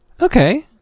Okay